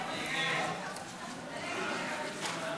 התשע"ו 2016,